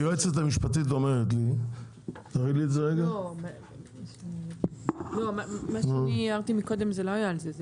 היועצת המשפטית אומרת לי --- מה שאני הערתי מקודם זה לא היה על זה.